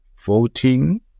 voting